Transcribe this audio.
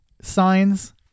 signs